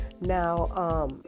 Now